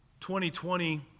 2020